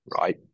right